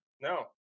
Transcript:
No